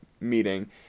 meeting